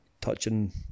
touching